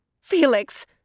Felix